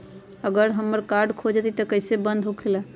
अगर हमर कार्ड खो जाई त इ कईसे बंद होकेला?